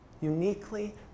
uniquely